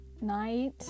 night